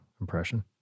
impression